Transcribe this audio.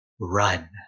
Run